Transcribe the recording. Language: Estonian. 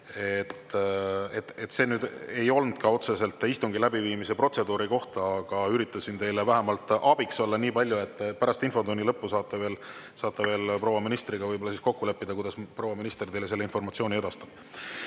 See nüüd ei olnud otseselt istungi läbiviimise protseduuri kohta, aga üritasin teile vähemalt abiks olla niipalju, et pärast infotunni lõppu saate veel proua ministriga kokku leppida, kuidas proua minister teile selle informatsiooni edastab. Nii!